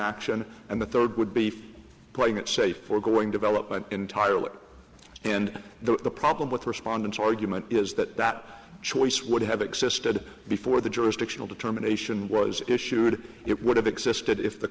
action and the third would be for playing it safe or going development entirely and the problem with respondents argument is that that choice would have existed before the jurisdictional determination was issued it would have existed if the